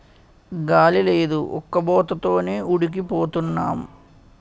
గాలి లేదు ఉక్కబోత తోనే ఉడికి పోతన్నాం